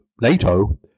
NATO